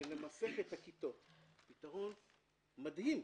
שממסך את הכיתות, פתרון מדהים,